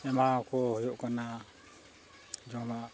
ᱮᱢᱟ ᱠᱚ ᱦᱩᱭᱩᱜ ᱠᱟᱱᱟ ᱡᱚᱢᱟᱜ